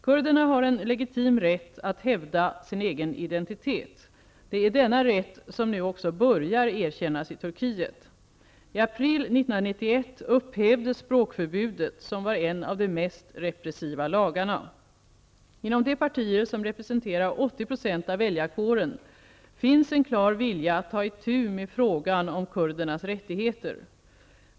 Kurderna har en legitim rätt att hävda sin egen identitet. Det är denna rätt som nu också börjar erkännas i Turkiet. I april 1991 upphävdes språkförbudet som var en av de mest repressiva lagarna. Inom de partier som representerar 80 % av väljarkåren finns en klar vilja att ta itu med frågan om kurdernas rättigheter.